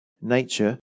nature